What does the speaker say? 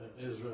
Israel